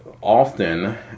often